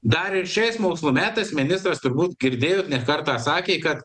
dar ir šiais mokslo metais ministras turbūt girdėjot ne kartą sakė kad